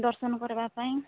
ଦର୍ଶନ କରିବା ପାଇଁ